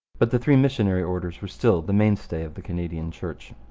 but the three missionary orders were still the mainstay of the canadian church.